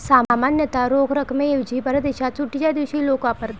सामान्यतः रोख रकमेऐवजी परदेशात सुट्टीच्या दिवशी लोक वापरतात